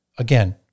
Again